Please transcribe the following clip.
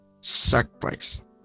sacrifice